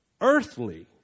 earthly